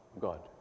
God